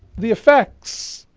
the effects